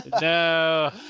No